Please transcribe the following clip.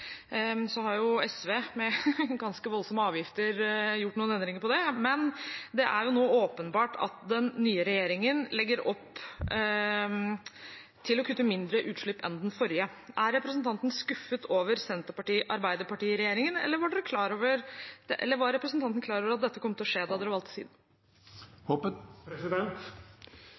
har jo, med ganske voldsomme avgifter, gjort noen endringer på det, men det er nå åpenbart at den nye regjeringen legger opp til å kutte mindre utslipp enn den forrige. Er representanten skuffet over Senterparti–Arbeiderparti-regjeringen, eller var representanten klar over at dette kom til å skje, da